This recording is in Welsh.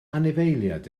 anifeiliaid